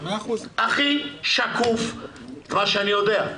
הכי שקוף מה שאני יודע.